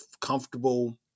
comfortable